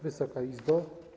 Wysoka Izbo!